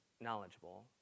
knowledgeable